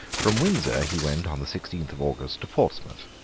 from windsor he went on the sixteenth of august to portsmouth,